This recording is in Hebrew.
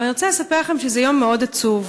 אבל אני רוצה לספר לכם שזה יום מאוד עצוב,